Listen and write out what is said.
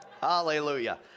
Hallelujah